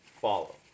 follow